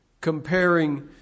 comparing